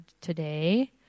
today